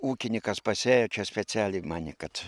ūkininkas pasėjo čia specialiai manė kad